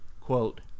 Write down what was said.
Quote